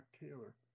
taylor